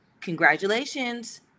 congratulations